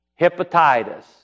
Hepatitis